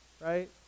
right